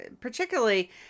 particularly